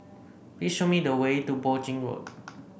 please show me the way to Poi Ching Road